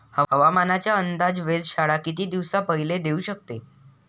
हवामानाचा अंदाज वेधशाळा किती दिवसा पयले देऊ शकते?